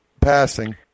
Passing